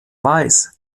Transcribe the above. weiß